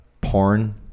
porn